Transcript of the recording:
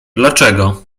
dlaczego